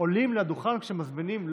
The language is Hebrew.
עולים לדוכן כשמזמינים,